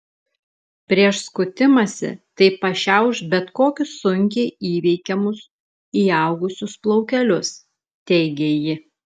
prieš skutimąsi tai pašiauš bet kokius sunkiai įveikiamus įaugusius plaukelius teigė ji